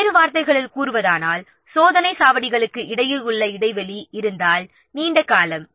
வேறு வார்த்தைகளில் கூறுவதானால் சோதனைச் சாவடிகளுக்கு இடையில் உள்ள இடைவெளி இருந்தால் நீண்ட காலம்